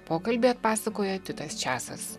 pokalbį atpasakoja titas česas